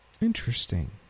Interesting